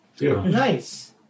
Nice